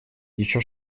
еще